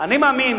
אני מאמין,